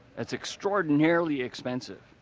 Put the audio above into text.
that's extraordinarily expensive.